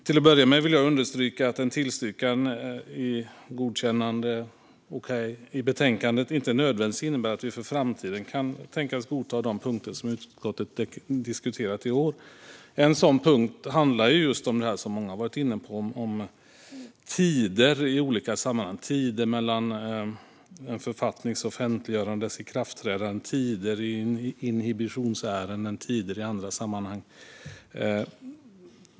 Till att börja med vill jag understryka att en tillstyrkan av betänkandet inte nödvändigtvis innebär att vi för framtiden kan tänkas godta de punkter som utskottet diskuterat i år. En sådan punkt handlar om tider i olika sammanhang - tiden mellan en författnings offentliggörande och dess ikraftträdande, tiden i inhibitionsärenden och tiden i andra sammanhang.